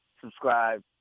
Subscribe